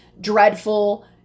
dreadful